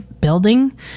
building